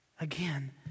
again